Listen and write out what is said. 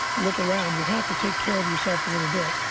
look around. you have to take care of yourself a little bit.